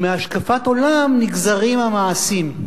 ומהשקפת העולם נגזרים המעשים.